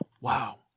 Wow